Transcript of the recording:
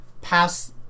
pass